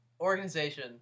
organization